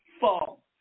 fall